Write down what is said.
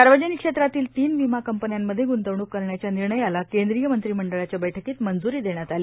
सार्वजनिक क्षेत्रातील तीन विमा कंपन्यांमध्ये ग्ंतवणूक करण्याच्या निर्णयाला केंद्रीय मंत्रिमंडळाच्या बैठकीत मंजूरी देण्यात आली